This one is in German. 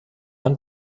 ein